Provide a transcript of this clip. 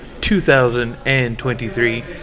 2023